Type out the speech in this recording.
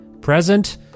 present